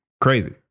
Crazy